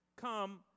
come